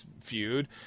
feud